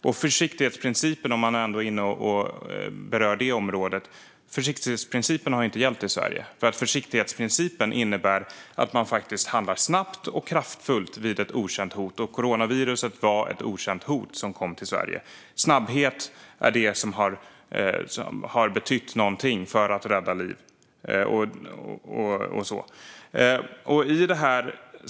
Och om man ändå berör försiktighetsprincipen har den inte gällt i Sverige, för försiktighetsprincipen innebär att man faktiskt handlar snabbt och kraftfullt vid ett okänt hot. Och coronaviruset var ett okänt hot som kom till Sverige. Snabbhet är det som har betytt någonting för att rädda liv.